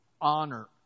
honor